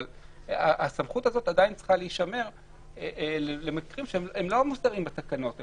אבל הסמכות הזאת עדיין צריכה להישמר למקרים שהם לא מוסדרים בתקנות.